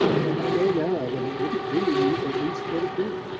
but i know now that it wouldn't do you the least bit of good.